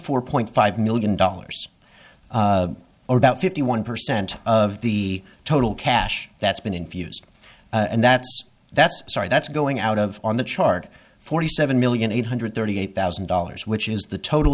four point five million dollars or about fifty one percent of the total cash that's been infused and that's that's sorry that's going out of on the chart forty seven million eight hundred thirty eight thousand dollars which is the total